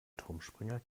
turmspringer